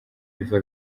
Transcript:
biva